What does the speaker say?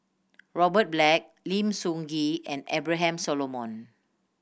Robert Black Lim Soo Ngee and Abraham Solomon